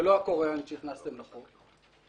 ולא הקוריאנית שהכנסתם לחוק.